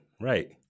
right